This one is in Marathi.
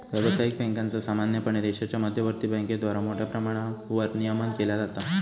व्यावसायिक बँकांचा सामान्यपणे देशाच्या मध्यवर्ती बँकेद्वारा मोठ्या प्रमाणावर नियमन केला जाता